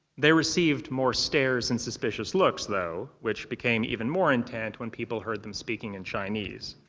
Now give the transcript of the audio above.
they received more stares and suspicious looks, though, which became even more intent when people heard them speaking and chinese.